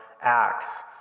Acts